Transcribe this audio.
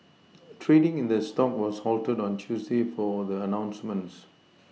trading in the stock was halted on Tuesday for the announcements